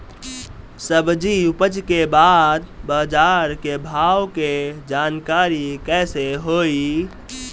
सब्जी उपज के बाद बाजार के भाव के जानकारी कैसे होई?